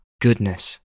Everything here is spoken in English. goodness